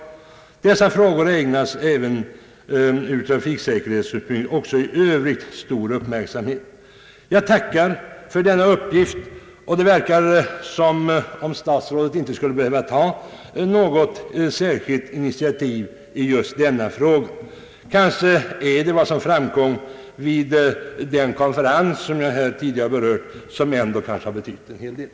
Vidare anförs att dessa frågor ägnas ur trafiksäkerhetssynpunkt också i övrigt stor uppmärksamhet. Jag tackar för denna uppgift. Det verkar som om statsrådet inte skulle behöva ta något särskilt initiativ i just denna fråga. Vad som framkom vid den konferens jag här tidigare berört har kanske ändå betytt en hel del.